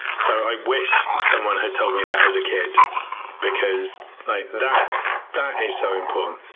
so i wish someone had told me that as a kid because like that that is so important.